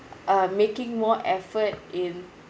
uh making more effort in